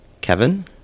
Kevin